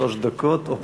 שלוש דקות או פחות.